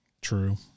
True